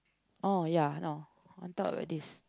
oh ya no on top of this